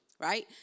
Right